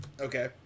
Okay